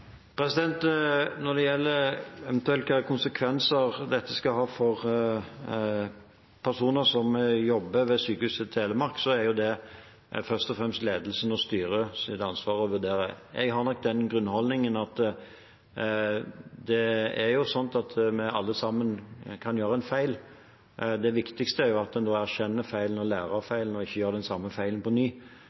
Når det gjelder hvilke konsekvenser dette eventuelt skal ha for personer som jobber ved Sykehuset Telemark, er det først og fremst ledelsens og styrets ansvar å vurdere det. Jeg har nok den grunnholdningen at vi alle sammen kan gjøre en feil; det viktigste er at en da erkjenner feilen, lærer av feilen og ikke gjør den samme feilen på ny.